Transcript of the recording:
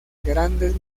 grandes